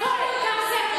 אנחנו נהיה,